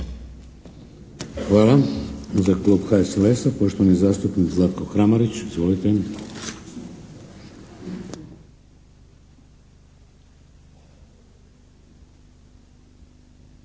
Hvala. Za klub HSLS-a, poštovani zastupnik Zlatko Kramarić. Izvolite.